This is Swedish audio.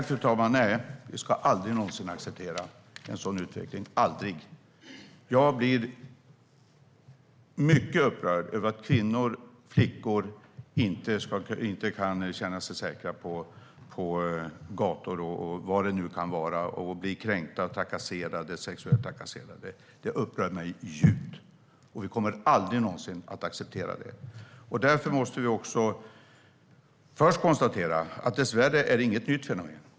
Fru talman! Nej, vi ska aldrig någonsin acceptera en sådan utveckling - aldrig. Jag blir mycket upprörd över att kvinnor och flickor inte kan känna sig säkra på gator och var det nu kan vara och att de blir kränkta och sexuellt trakasserade. Det upprör mig djupt. Vi kommer aldrig någonsin att acceptera det. Vi måste först konstatera att det dessvärre inte är något nytt fenomen.